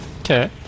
Okay